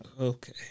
Okay